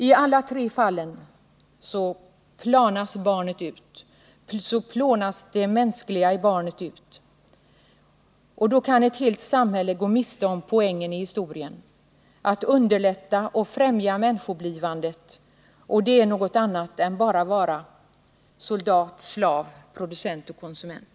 I alla tre fallen plånas barnet ut, plånas det mänskliga i barnet ut. Då kan ett helt samhälle gå miste om poängen i historien — att underlätta och främja människoblivandet. Och det är något annat än att vara blott och bart soldat, slav, producent och konsument.